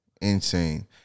Insane